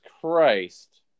Christ